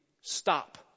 stop